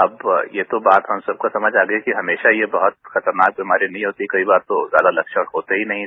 अब ये तो बात हम सबको समझ आ गई कि हमेशा ये बहुत खतरनाक बीमारी नहीं होती कई बार तो ज्यादा लक्षण होते ही नहीं हैं